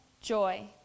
joy